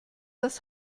das